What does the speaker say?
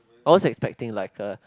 was expecting like a